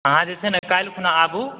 अहाँ जे छै ने काल्हि खिना आबू